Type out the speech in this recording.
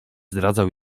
zdradzał